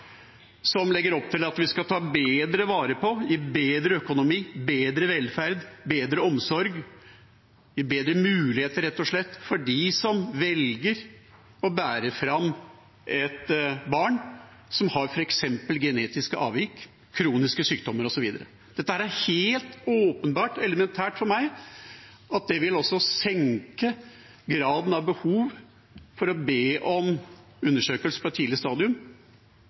som legger opp til at vi skal ta bedre vare på, gi bedre økonomi, gi bedre velferd, gi bedre omsorg, gi bedre muligheter, rett og slett, til dem som velger å bære fram et barn som har f.eks. genetiske avvik eller kroniske sykdommer. Det er helt åpenbart og elementært for meg at det vil senke graden av behov for å be om undersøkelse på et tidlig stadium,